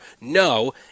No